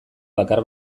bakar